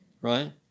right